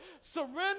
Surrender